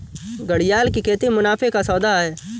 घड़ियाल की खेती मुनाफे का सौदा है